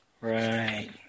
Right